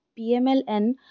PMLN